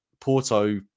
Porto